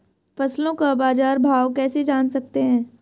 फसलों का बाज़ार भाव कैसे जान सकते हैं?